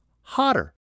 hotter